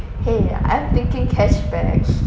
!hey! I'm thinking cashback